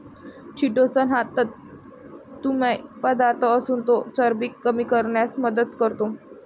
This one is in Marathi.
चिटोसन हा तंतुमय पदार्थ असून तो चरबी कमी करण्यास मदत करतो